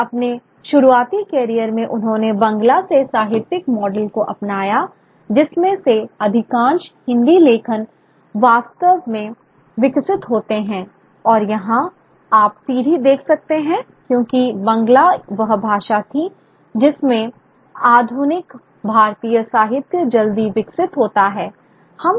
और अपने शुरुआती करियर में उन्होंने बंगला से साहित्यिक मॉडल को अपनाया जिसमें से अधिकांश हिंदी लेखन वास्तव में विकसित होते हैं और यहां आप सीढ़ी देख सकते हैं क्योंकि बंगला वह भाषा थी जिसमें आधुनिक भारतीय साहित्य जल्दी विकसित होता है